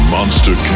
Monster